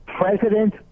President